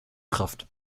kraft